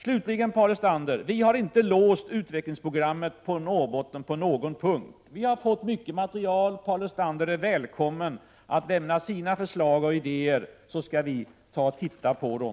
Slutligen, Paul Lestander: Vi har inte låst utvecklingsprogrammet för Norrbotten på någon punkt. Vi har fått in mycket material. Men Paul Lestander är välkommen med sina förslag och idéer. Vi skall seriöst titta på dem.